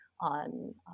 on